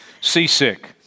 seasick